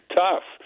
tough